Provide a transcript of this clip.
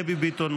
דבי ביטון,